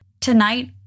Tonight